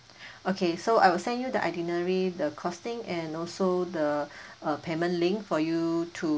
okay so I will send you the itinerary the costing and also the uh payment link for you to